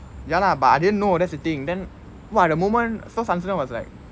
ya lah but I didn't know that's the thing then !wah! the moment first at first I was like